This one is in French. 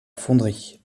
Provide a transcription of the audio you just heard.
fonderie